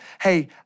hey